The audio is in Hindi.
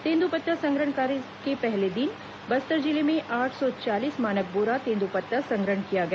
तेंद्रपत्ता संग्रहण कार्य के पहले दिन बस्तर जिले में आठ सौ चालीस मानक बोरा तेंदूपत्ता संग्रहण किया गया